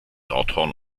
nordhorn